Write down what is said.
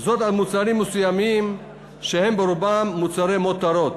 מוצרים מסוימים שהם ברובם מוצרי מותרות.